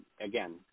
Again